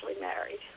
married